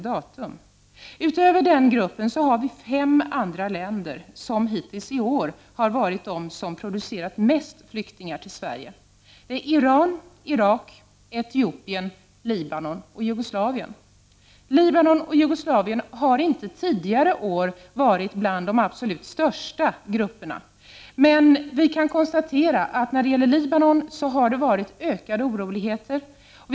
Därutöver är det fem andra länder som hittills i år har producerat flest flyktingar till Sverige. Det är Iran, Irak, Etiopien, Libanon och Jugoslavien. Flyktingar från Libanon och Jugoslavien har inte tidigare år varit bland de absolut största grupperna. Vi kan konstatera att det har varit ökade oroligheter i Libanon.